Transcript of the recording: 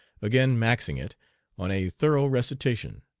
again maxing it on a thorough recitation.